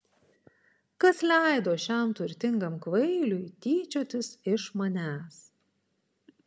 kas leido šiam turtingam kvailiui tyčiotis iš manęs